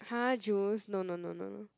!huh! juice no no no no no